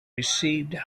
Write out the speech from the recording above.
received